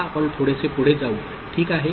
आता आपण थोडेसे पुढे जाऊ ठीक आहे